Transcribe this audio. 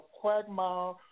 quagmire